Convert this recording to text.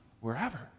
wherever